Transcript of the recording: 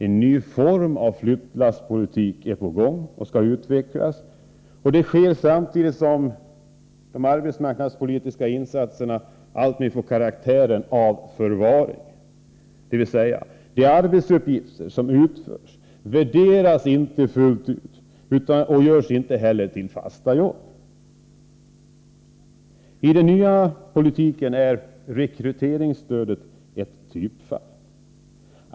En ny form av flyttlasspolitik är på gång och skall utvecklas. Detta sker samtidigt som de arbetsmarknadspolitiska insatserna alltmer får karaktär av förvaring, dvs. de arbetsuppgifter som utförs värderas inte fullt ut och görs inte heller till fasta jobb. I den nya politiken är rekryteringsstödet ett typfall.